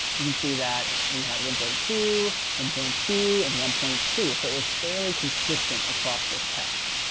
you can see that we had one point two, one um point two, and one point two. so it was fairly consistent across this test.